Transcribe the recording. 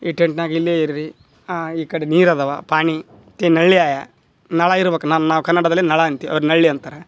ಈ ಟೆಂಟ್ನ್ಯಾಗ ಇಲ್ಲೇ ಇರ್ರಿ ಈ ಕಡೆ ನೀರು ಅದಾವ ಪಾನಿ ನಳ್ಳಿ ಆಯ ನಳ ಇರ್ಬೇಕು ನನ್ನ ನಾವು ಕನ್ನಡದಲ್ಲಿ ನಳ ಅಂತೀವಿ ಅವ್ರು ನಳ್ಳಿ ಅಂತಾರೆ